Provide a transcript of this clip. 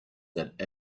that